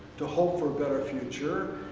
to hope for a better future,